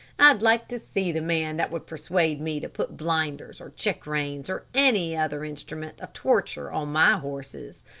i'd like to see the man that would persuade me to put blinders or check-reins or any other instrument of torture on my horses.